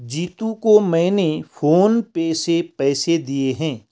जीतू को मैंने PhonePe से पैसे दे दिए हैं